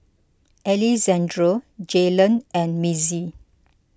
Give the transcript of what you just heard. Alejandro Jaylan and Mitzi